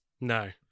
no